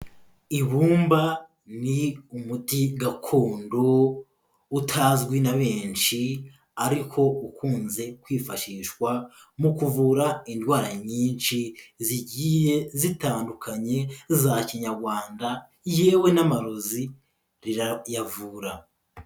Ibumba ni umuti gakondo utazwi na benshi, ariko ukunze kwifashishwa mu kuvura indwara nyinshi zigiye zitandukanye za kinyarwanda yewe n'amarozi rirayavura.